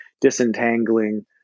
disentangling